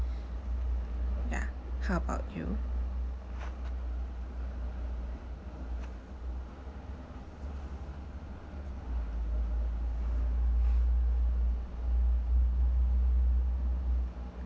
ya how about you